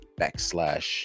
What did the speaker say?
backslash